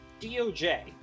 DOJ